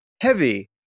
heavy